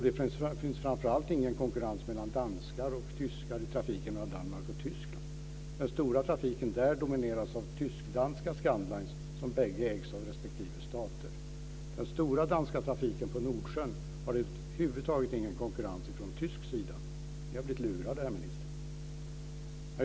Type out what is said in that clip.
Det finns framför allt ingen konkurrens mellan danskar och tyskar i trafiken mellan Danmark och Tyskland. Den stora trafiken där domineras av tysk-danska Scandlines som ägs av respektive stater. Den stora danska trafiken på Nordsjön har över huvud taget ingen konkurrens från tysk sida. Ni har blivit lurade, herr minister.